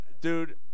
Dude